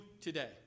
today